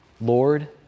Lord